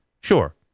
sure